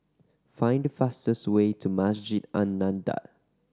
find the fastest way to Masjid An Nahdhah